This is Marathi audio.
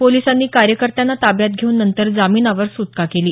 पोलिसांनी कार्यकर्त्यांना ताब्यात घेऊन नंतर जामीनावर सुटका केली